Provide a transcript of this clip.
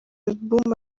album